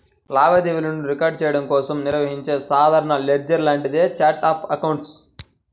లావాదేవీలను రికార్డ్ చెయ్యడం కోసం నిర్వహించే సాధారణ లెడ్జర్ లాంటిదే ఛార్ట్ ఆఫ్ అకౌంట్స్